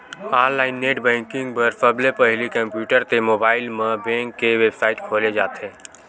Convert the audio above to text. online net banking बर सबले पहिली कम्प्यूटर ते मोबाईल म बेंक के बेबसाइट खोले जाथे